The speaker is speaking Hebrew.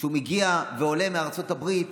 כשהוא מגיע ועולה מארצות הברית,